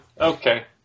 Okay